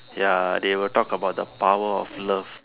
ya they will talk about the power of love